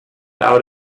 out